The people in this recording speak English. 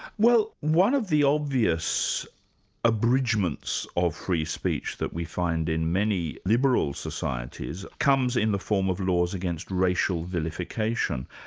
well, one of the obvious abridgments of free speech that we find in many liberal societies comes in the form of laws against racial vilification,